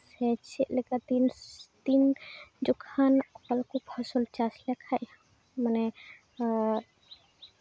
ᱥᱮ ᱪᱮᱫ ᱞᱮᱠᱟ ᱛᱤᱱ ᱛᱤᱱ ᱡᱚᱠᱷᱚᱱ ᱚᱠᱟ ᱞᱮᱠᱟᱱ ᱯᱷᱚᱥᱚᱞ ᱪᱟᱥ ᱞᱮᱠᱷᱟᱡ ᱢᱟᱱᱮ